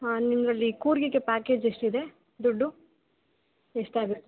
ಹಾಂ ನಿಮ್ಮದ್ರಲ್ಲಿ ಕೂರ್ಗಿಗೆ ಪ್ಯಾಕೇಜ್ ಎಷ್ಟಿದೆ ದುಡ್ಡು ಎಷ್ಟಾಗತ್ತೆ